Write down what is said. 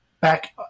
back